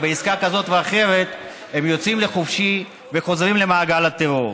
ובעסקה כזאת ואחרת הם יוצאים לחופשי וחוזרים למעגל הטרור.